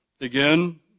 again